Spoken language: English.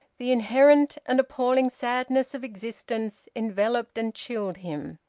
the inherent and appalling sadness of existence enveloped and chilled him.